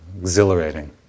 exhilarating